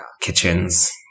Kitchens